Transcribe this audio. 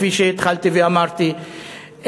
כפי שהתחלתי ואמרתי,